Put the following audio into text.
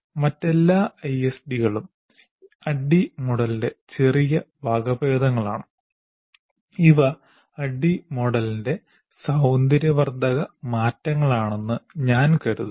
മറ്റെല്ലാ ഐഎസ്ഡികളും ADDIE മോഡലിന്റെ ചെറിയ വകഭേദങ്ങളാണ് ഇവ ADDIE മോഡലിന്റെ സൌന്ദര്യവർദ്ധക മാറ്റങ്ങളാണെന്ന് ഞാൻ കരുതുന്നു